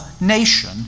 nation